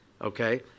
okay